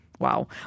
Wow